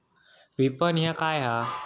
विपणन ह्या काय असा?